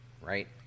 right